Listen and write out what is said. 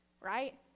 right